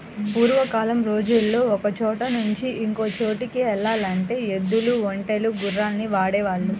పూర్వకాలం రోజుల్లో ఒకచోట నుంచి ఇంకో చోటుకి యెల్లాలంటే ఎద్దులు, ఒంటెలు, గుర్రాల్ని వాడేవాళ్ళు